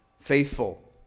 faithful